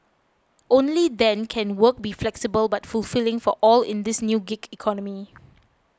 only then can work be flexible but fulfilling for all in this new gig economy